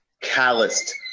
calloused